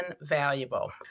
invaluable